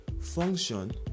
Function